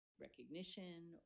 recognition